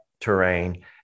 terrain